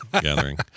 gathering